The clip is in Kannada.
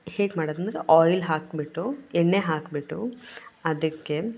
ಹೇಗೆ ಮಾಡೋದಂದರೆ ಆಯ್ಲ್ ಹಾಕಿಬಿಟ್ಟು ಎಣ್ಣೆ ಹಾಕಿಬಿಟ್ಟು ಅದಕ್ಕೆ